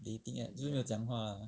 dating app 就是没有讲话